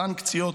סנקציות